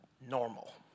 Normal